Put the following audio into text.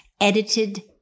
edited